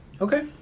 Okay